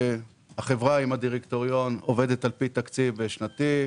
החברה עם הדירקטוריון עובדת על-פי תקציב שנתי,